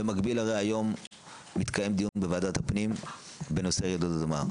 במקביל היום מתקיים דיון בוועדת הפנים בנושא רעידות אדמה.